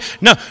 No